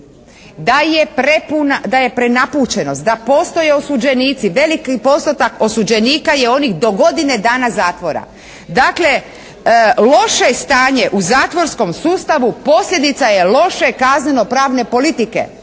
da je prenapučenost, da postoje osuđenici. Veliki postotak osuđenika je onih do godine dana zatvora. Dakle loše stanje u zatvorskom sustavu posljedica je loše kaznenopravne politike